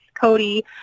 Cody